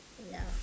ya